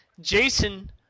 jason